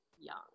young